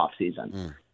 offseason